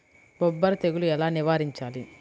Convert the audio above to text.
బొబ్బర తెగులు ఎలా నివారించాలి?